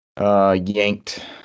yanked